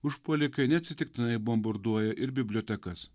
užpuolikai neatsitiktinai bombarduoja ir bibliotekas